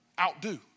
outdo